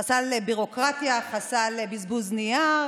חסל סדר ביורוקרטיה, חסל סדר בזבוז נייר,